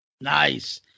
Nice